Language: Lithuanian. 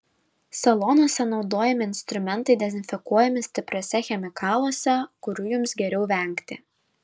salonuose naudojami instrumentai dezinfekuojami stipriuose chemikaluose kurių jums geriau vengti